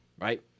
right